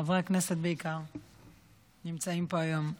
חברי הכנסת בעיקר נמצאים פה היום,